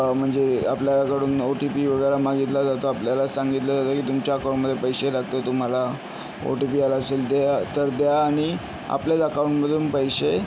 म्हणजे आपल्याकडून O T P वगेरा मागितला जातो आपल्याला सांगितलं जातं की तुमच्या अकाऊंटमधे पैसे टाकतोय तुम्हाला ओ टी पी आला असेल द्या तर द्या आणि आपल्याच अकाऊंटमधून पैसे